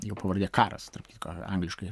jo pavardė karas tarp angliškai